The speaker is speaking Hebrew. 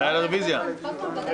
08:57.